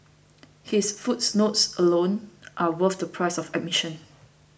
his footnotes alone are worth the price of admission